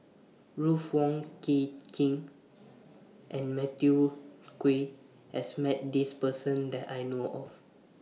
Ruth Wong Hie King and Matthew Ngui has Met This Person that I know of